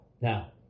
now